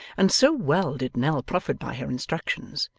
and so well did nell profit by her instructions,